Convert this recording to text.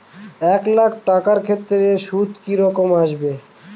এক লাখ টাকার ক্ষেত্রে সুদ কি রকম আসবে?